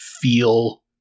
feel